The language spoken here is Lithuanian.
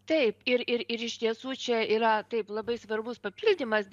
taip ir ir ir iš tiesų čia yra taip labai svarbus papildymas